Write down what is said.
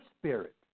spirit